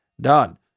done